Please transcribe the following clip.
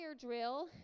drill